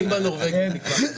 תקווה חדשה הם הכי חזקים בנורבגי.